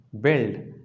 build